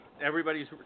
everybody's